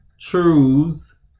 truths